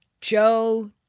Joe